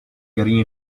getting